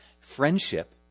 Friendship